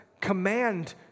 command